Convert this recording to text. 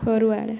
forward